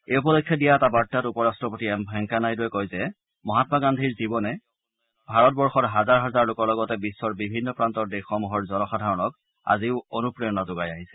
এই উপলক্ষে দিয়া এটা বাৰ্তাত উপ ৰাষ্ট্ৰপতি এম ভেংকায়া নাইডুৱে কয় যে মহামা গান্ধীৰ জীৱনে ভাৰতবৰ্ষৰ হাজাৰ হাজাৰ লোকৰ লগতে বিশ্ব বিভিন্ন প্ৰান্তৰ দেশসমূহৰ জনসাধাৰণক আজিও অনুপ্ৰেৰণা যোগাই আহিছে